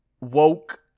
woke